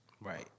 Right